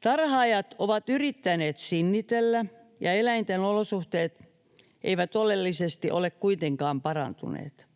Tarhaajat ovat yrittäneet sinnitellä, ja eläinten olosuhteet eivät oleellisesti ole kuitenkaan parantuneet.